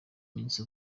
iminsi